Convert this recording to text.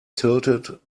tilted